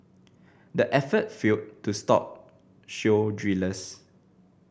the effort failed to stop shale drillers